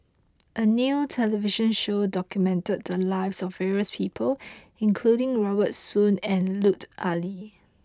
a new television show documented the lives of various people including Robert Soon and Lut Ali